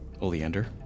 Oleander